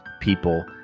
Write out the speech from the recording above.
people